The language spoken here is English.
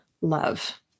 love